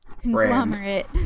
conglomerate